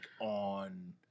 on